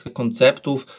konceptów